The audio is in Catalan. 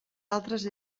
altres